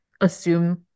assume